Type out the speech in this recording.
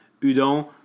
Udon